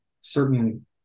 certain